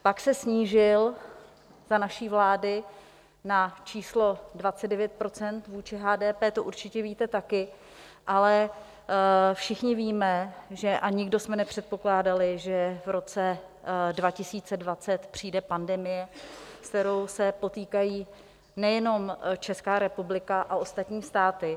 Pak se snížil za naší vlády na číslo 29 % vůči HDP, to určitě víte taky, ale všichni víme, a nikdo jsme nepředpokládali, že v roce 2020 přijde pandemie, se kterou se potýkají nejenom Česká republika a ostatní státy.